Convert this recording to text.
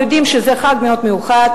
יודעים שזה חג מאוד מיוחד,